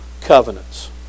covenants